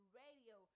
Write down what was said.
radio